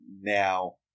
now